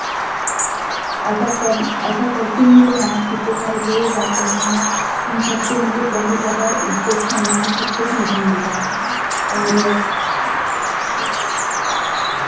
ऐसा कर ऐसा करती हूँ तो वहाँ पर जितने सारे लोग आते हैं उन सब से मुझे बहुत ज़्यादा इज़्ज़त सम्मान सब कुछ मुझे मिलता है और